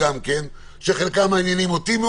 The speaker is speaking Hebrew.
יש נושאים שמעניינים מאוד אותי,